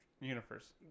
universe